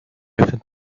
öffnet